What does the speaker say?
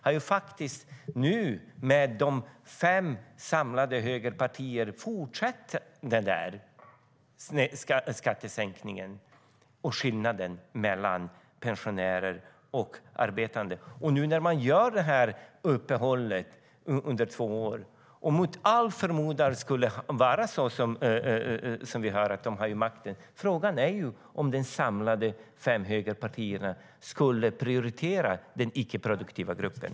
Nu fortsätter de fem samlade högerpartierna med skattesänkningarna som innebär en skillnad mellan pensionärer och arbetande. Nu gör man ett uppehåll i skattesänkningarna under två år. Om de samlade fem högerpartierna mot all förmodan skulle behålla makten är frågan om de skulle prioritera den icke-produktiva gruppen.